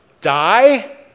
die